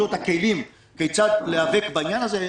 את הכלים כיצד להיאבק בעניין הזה.